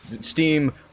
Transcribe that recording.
Steam